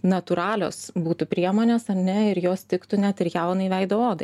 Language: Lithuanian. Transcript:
natūralios būtų priemonės ar ne ir jos tiktų net ir jaunai veido odai